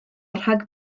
rhag